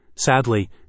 Sadly